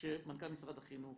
שמנכ"ל משרד החינוך